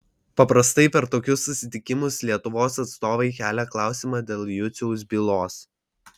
paprastai per tokius susitikimus lietuvos atstovai kelia klausimą dėl juciaus bylos